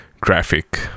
graphic